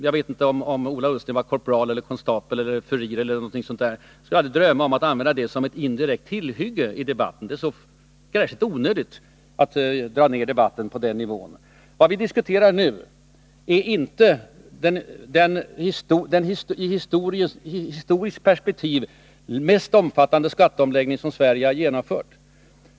Jag vet inte om Ola Ullsten var korpral, konstapel, furir eller något sådant, men jag skulle aldrig drömma om att använda sådana titlar som ett indirekt tillhygge i debatten. Det är så onödigt att dra ner debatten på den nivån. Vad vi nu diskuterar är inte den i historiskt perspektiv mest omfattande skatteomläggning som Sverige har genomfört.